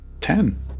Ten